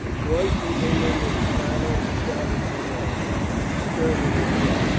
royston came in with a clatter and shouted for lights. she stirred in her chair.